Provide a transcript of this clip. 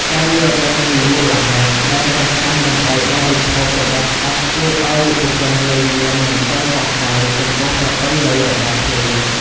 ការយល់ដឹងពីមូលហេតុដែលចាស់ៗមិនឱ្យបរិភោគរបស់ស្អិតជួយឱ្យយុវជនលែងមានមន្ទិលសង្ស័យចំពោះប្រពៃណីរបស់ខ្លួន។